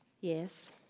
Yes